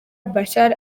bashar